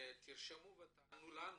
תרשמו ותענו לנו